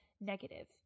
negative